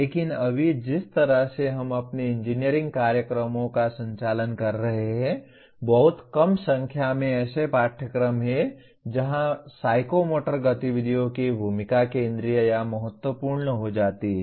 लेकिन अभी जिस तरह से हम अपने इंजीनियरिंग कार्यक्रमों का संचालन कर रहे हैं बहुत कम संख्या में ऐसे पाठ्यक्रम हैं जहां साइकोमोटर गतिविधियों की भूमिका केंद्रीय या महत्वपूर्ण हो जाती है